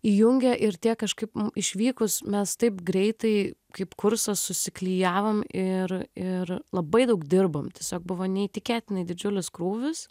įjungia ir tie kažkaip išvykus mes taip greitai kaip kursas susiklijavom ir ir labai daug dirbom tiesiog buvo neįtikėtinai didžiulis krūvis